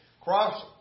Cross